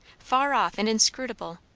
far off and inscrutable,